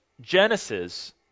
Genesis